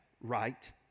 right